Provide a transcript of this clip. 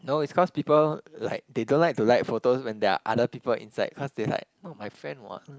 no it's cause people like they don't like to like photos when there are other people inside cause they like not my friend what